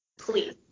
please